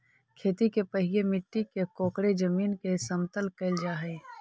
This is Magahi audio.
खेती के पहिले मिट्टी के कोड़के जमीन के समतल कैल जा हइ